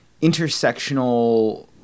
intersectional